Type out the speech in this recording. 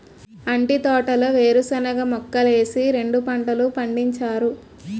అంటి తోటలో వేరుశనగ మొక్కలేసి రెండు పంటలు పండించారు